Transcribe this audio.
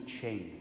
change